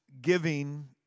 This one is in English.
giving